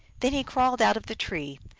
then he crawled out of the tree,